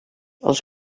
els